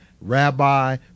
Rabbi